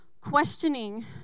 questioning